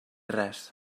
res